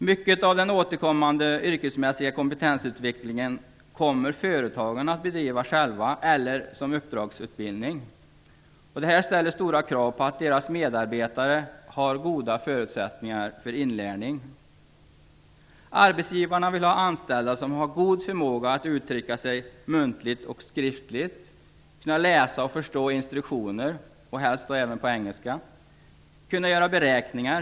Mycket av den återkommande yrkesmässiga kompetensutvecklingen kommer företagen själva att bedriva eller som uppdragsutbildning. Detta ställer stora krav på att deras medarbetare har goda förutsättningar för inlärning. Arbetsgivarna vill ha anställda som har god förmåga att uttrycka sig muntligt och skriftligt, som kan läsa och förstå instruktioner - helst även på engelska - och som kan göra beräkningar.